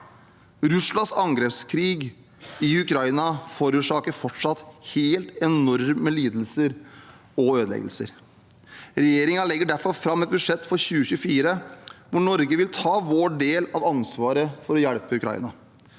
Russlands angrepskrig i Ukraina forårsaker fortsatt enorme lidelser og ødeleggelser. Regjeringen legger derfor fram et budsjett for 2024 hvor Norge vil ta vår del av ansvaret for å hjelpe Ukraina.